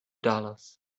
dollars